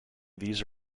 these